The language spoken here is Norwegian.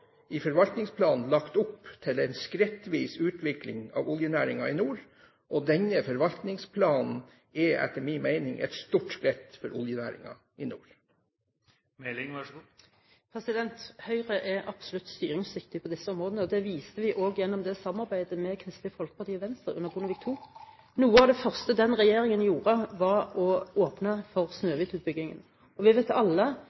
i forvaltningsplanen har lagt opp til en skrittvis utvikling av oljenæringen i nord. Denne forvaltningsplanen er etter min mening et stort skritt for oljenæringen i nord. Høyre er absolutt styringsdyktig på disse områdene. Det viste vi også gjennom samarbeidet med Kristelig Folkeparti og Venstre under Bondevik II. Noe av det første den regjeringen gjorde, var å åpne for Snøhvit-utbyggingen. Vi vet alle